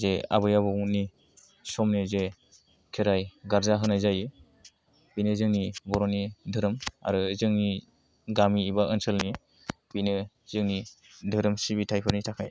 जे आबै आबौमोननि समनि जे खेराइ गारजा होनाय जायो बेनि जोंनि बर'नि धोरोम आरो जोंनि गामि एबा ओनसोलनि बिनो जोंनि धोरोम सिबिथाइफोरनि थाखाय